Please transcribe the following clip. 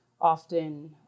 often